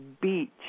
beach